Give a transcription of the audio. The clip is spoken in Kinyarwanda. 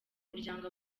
muryango